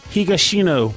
Higashino